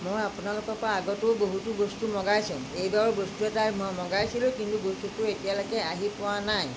মই আপোনালোকৰ পৰা আগতেও বহুতো বস্তু মগাইছোঁ এইবাৰো বস্তু এটা মই মগাইছিলোঁ কিন্তু বস্তুটো এতিয়ালৈকে আহি পোৱা নাই